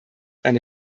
eine